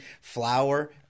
flour